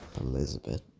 Elizabeth